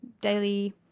daily